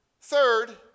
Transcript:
Third